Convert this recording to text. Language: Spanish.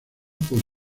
por